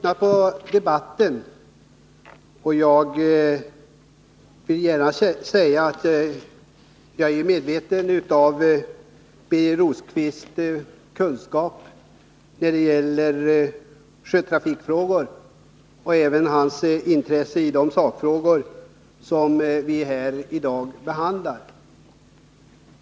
Fru talman! Jag är medveten om Birger Rosqvists kunskap när det gäller sjötrafikfrågor och hans intresse för de sakfrågor som vi i dag behandlar.